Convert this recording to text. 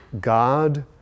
God